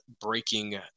breaking